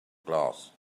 glass